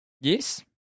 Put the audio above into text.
Yes